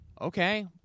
okay